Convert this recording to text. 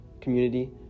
community